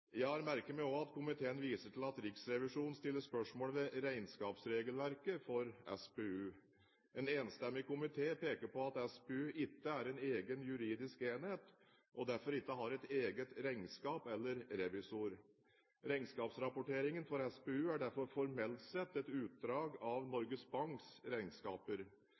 Jeg har også merket meg at komiteen viser til at Riksrevisjonen stiller spørsmål ved regnskapsregelverket for SPU. En enstemmig komité peker på at SPU ikke er en egen juridisk enhet og derfor ikke har et eget regnskap eller revisor. Regnskapsrapporteringen for SPU er derfor formelt sett et utdrag av Norges Banks regnskaper.